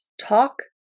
talk